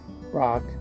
Rock